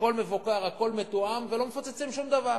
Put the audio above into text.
הכול מבוקר, הכול מתואם, ולא מפוצצים שום דבר.